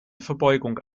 verbeugung